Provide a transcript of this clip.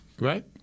right